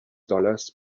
dollars